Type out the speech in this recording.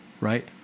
right